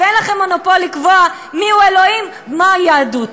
ואין לכם מונופול לקבוע מיהו אלוהים ומהי יהדות.